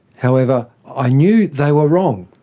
however i knew they were wrong.